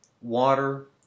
water